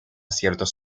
ciertos